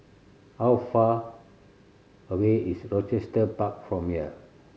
how far away is Rochester Park from here